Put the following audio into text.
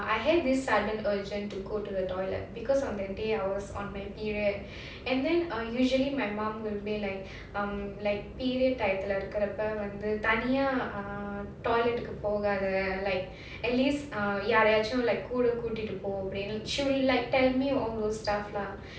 I had this sudden urgent to go to the toilet because on that day I was on my period and then err usually my mom will be like um like period time leh இருக்கிறப்ப வந்து தனியா:irukrappa vandhu thaniyaa toilet போகாத:pogadha like at least ah ya யாராச்சும்Lyaaraachum like கூட கூட்டிட்டுபோ:kuda kootitupo she will like tell me all those stuff lah